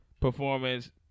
performance